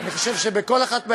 אני חושב שבכל אחת מהישיבות,